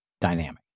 dynamic